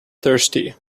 thirsty